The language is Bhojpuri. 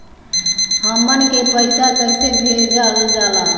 हमन के पईसा कइसे भेजल जाला?